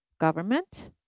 Government